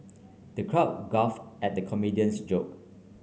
the crowd guffaw at the comedian's joke